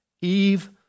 Eve